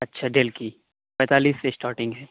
اچھا ڈیل کی پینتالیس سے اسٹارٹنگ ہے